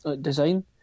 Design